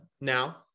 Now